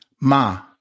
Ma